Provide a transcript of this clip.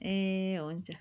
ए हुन्छ